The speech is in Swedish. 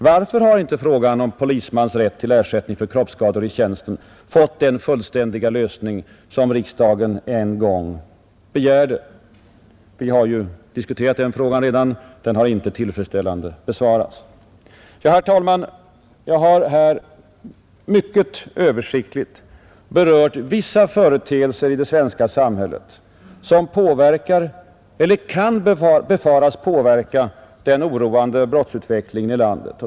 Varför har inte frågan om polismans rätt till ersättning för kroppsskador i tjänsten fått den fullständiga lösning som riksdagen en gång begärde? Jag återkommer till den frågan. Vi har redan diskuterat den men den har inte tillfredsställande besvarats. Ja, herr talman, jag har här mycket översiktligt berört vissa företeelser i det svenska samhället som påverkar eller kan befaras påverka den oroande brottsutvecklingen i landet.